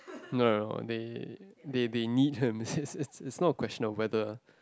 no they they they need him it's it's it's not a question of whether